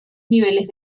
niveles